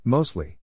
Mostly